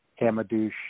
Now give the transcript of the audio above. Hamadouche